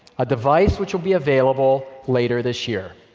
a device which will be available later this year.